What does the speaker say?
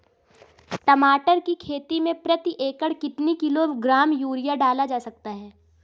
टमाटर की खेती में प्रति एकड़ कितनी किलो ग्राम यूरिया डाला जा सकता है?